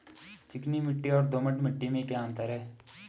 चिकनी मिट्टी और दोमट मिट्टी में क्या अंतर है?